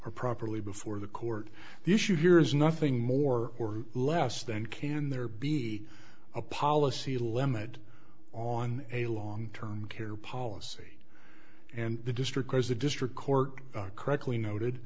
or properly before the court the issue here is nothing more or less than can there be a policy limit on a long term care policy and the district as a district court correctly noted